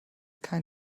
kein